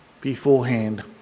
beforehand